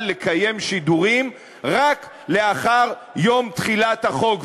לקיים שידורים רק לאחר יום תחילת החוק,